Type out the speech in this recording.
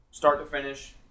start-to-finish